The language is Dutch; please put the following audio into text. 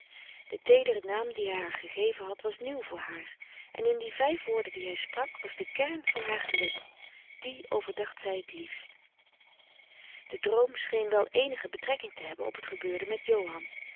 de teedere naam dien hij haar gegeven had was nieuw voor haar en in die vijf woorden die hij sprak was de kern van haar geluk die overdacht zij het liefst de droom scheen wel eenige betrekking te hebben op het gebeurde met johan